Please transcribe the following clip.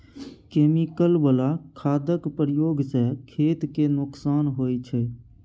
chemical बला खादक प्रयोग सँ खेत केँ नोकसान होइ छै